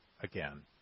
again